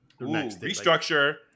Restructure